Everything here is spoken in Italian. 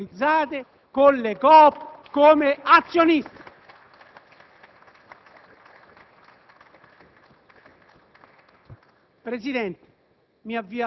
costituiti dalle municipalizzate con le Coop come azionisti.